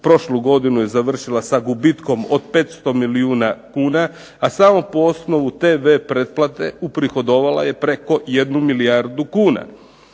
prošlu godinu je završila sa gubitkom od 500 milijuna kuna, a samo po osnovu tv pretplate uprihodovala je preko 1 milijardu kuna.